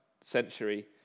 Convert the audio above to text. century